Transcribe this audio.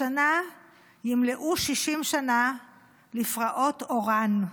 השנה ימלאו 60 שנה לפרעות אוראן.